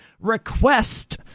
request